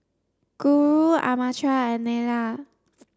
Guru Amartya and Neila